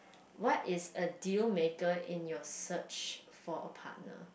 what is a deal maker in your search for a partner